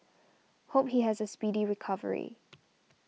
hope he has a speedy recovery